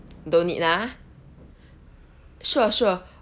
don't need ah sure sure